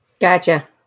Gotcha